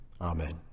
Amen